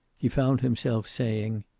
he found himself saying,